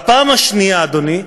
והפעם השנייה, אדוני,